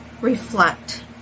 reflect